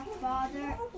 father